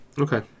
Okay